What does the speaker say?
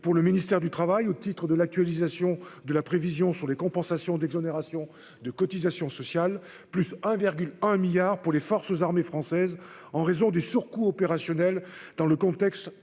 pour le ministère du travail au titre de l'actualisation de la prévision sur les compensations d'exonération de cotisations sociales ; +1,1 milliard d'euros pour les forces armées françaises en raison des surcoûts opérationnels, dans le contexte